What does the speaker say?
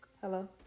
Hello